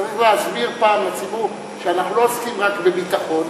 צריך להסביר פעם לציבור שאנחנו לא עוסקים רק בביטחון,